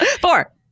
Four